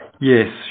Yes